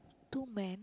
two men